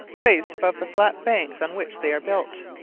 raised above the flat banks on which they are built.